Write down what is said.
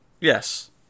Yes